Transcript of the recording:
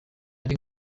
ari